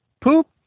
poop